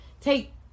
Take